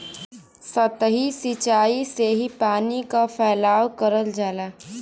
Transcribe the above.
सतही सिचाई से ही पानी क फैलाव करल जाला